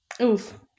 Oof